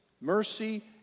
mercy